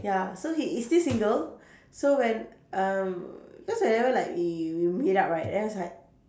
ya so he is still single so when um cause I ever like we we meet up right then I was like